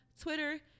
Twitter